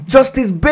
Justice